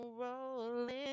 rolling